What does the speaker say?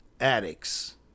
addicts